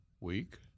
week